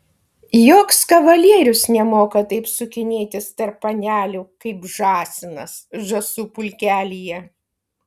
joks kavalierius nemoka taip sukinėtis tarp panelių kaip žąsinas žąsų pulkelyje